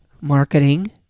marketing